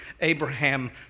Abraham